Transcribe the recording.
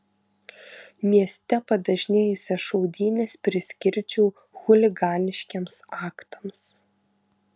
mieste padažnėjusias šaudynes priskirčiau chuliganiškiems aktams